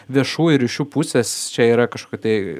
viešųjų ryšių pusės čia yra kažkokių tai